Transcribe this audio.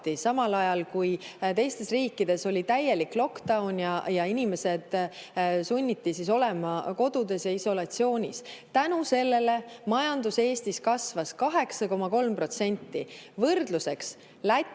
samal ajal kui teistes riikides oli täielik lock-down ja inimesi sunniti olema kodudes ja isolatsioonis. Tänu sellele Eesti majandus kasvas 8,3%. Võrdluseks: Läti,